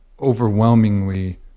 overwhelmingly